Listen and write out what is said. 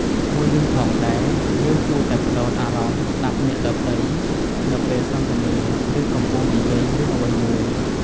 មួយវិញផងដែរ យើងគួរតែផ្តោតអារម្មណ៍ស្តាប់អ្នកដ៏ទៃនៅពេលសន្ទនាឬកំពុងនិយាយរឿងអ្វីមួយ។